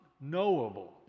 knowable